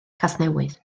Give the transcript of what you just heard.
casnewydd